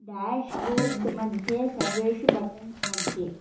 ड्याश्बोर्ड्मध्ये सर्वेषु बटन्स्मध्ये